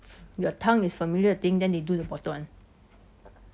your tongue is familiar the thing then they do the bottom one